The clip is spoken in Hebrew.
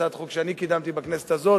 הצעת חוק שאני קידמתי בכנסת הזאת